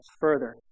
further